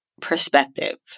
perspective